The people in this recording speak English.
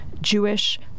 Jewish